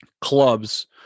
clubs